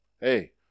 Hey